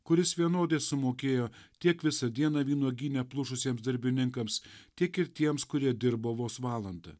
kuris vienodai sumokėjo tiek visą dieną vynuogyne plušusiems darbininkams tiek ir tiems kurie dirbo vos valandą